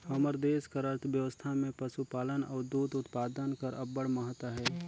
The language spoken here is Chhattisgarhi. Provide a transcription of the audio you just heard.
हमर देस कर अर्थबेवस्था में पसुपालन अउ दूद उत्पादन कर अब्बड़ महत अहे